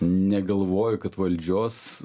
negalvoju kad valdžios